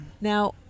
Now